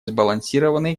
сбалансированный